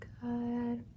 good